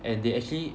and they actually